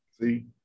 See